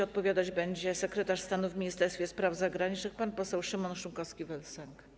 Odpowiadać będzie sekretarz stanu w Ministerstwie Spraw Zagranicznych pan poseł Szymon Szynkowski vel Sęk.